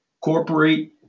Corporate